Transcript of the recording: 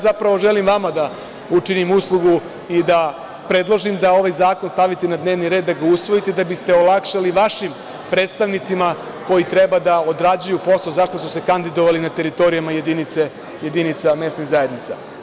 Zapravo, želim da vam učinim uslugu i da predložim da ovaj zakon stavite na dnevni red, da ga usvojite, da biste olakšali vašim predstavnicima koji treba da odrađuju posao zašto su se kandidovali na teritorijama jedinica mesnih zajednica.